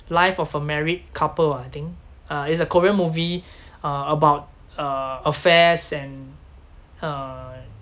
life of a married couple I think uh it's a korean movie uh about uh affairs and uh